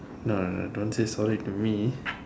no no no don't say sorry to me